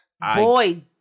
Boy